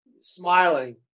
smiling